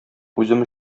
үзем